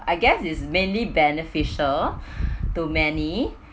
I guess it's mainly beneficial to many